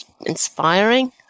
inspiring